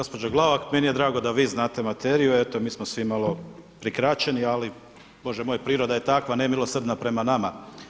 Gospođo Glavak meni je drago da vi znate materiju, eto mi smo svi malo prikraćeni, ali bože moj priroda je takva nemilosrdna prema nama.